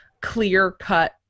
clear-cut